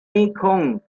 mekong